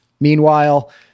meanwhile